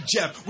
Jeff